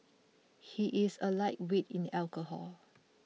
he is a lightweight in alcohol